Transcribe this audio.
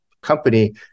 company